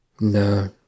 No